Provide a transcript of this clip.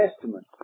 Testament